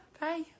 Bye